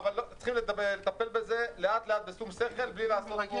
אבל צריך לטפל בזה לאט לאט ובשום שכל בלי לעשות פה